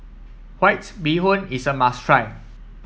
White Bee Hoon is a must try